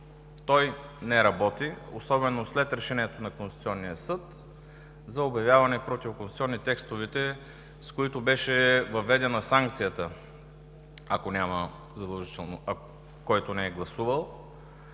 той не работи, особено след Решението на Конституционния съд за обявяване за противоконституционни текстовете, с които беше въведена санкцията за този, който не е гласувал.